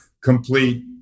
complete